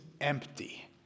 empty